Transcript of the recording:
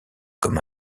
comme